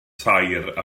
tair